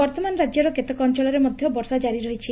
ବର୍ଉମାନ ରାକ୍ୟର କେତେକ ଅଞ୍ଞଳରେ ମଧ ବର୍ଷା ଜାରି ରହିଛି